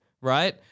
right